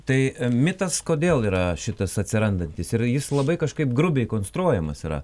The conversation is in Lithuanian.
tai mitas kodėl yra šitas atsirandantis ir jis labai kažkaip grubiai konstruojamas yra